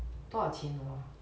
多少钱 noa